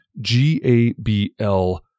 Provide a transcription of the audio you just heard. G-A-B-L